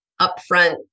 upfront